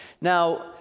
Now